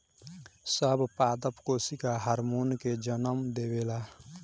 सब पादप कोशिका हार्मोन के जन्म देवेला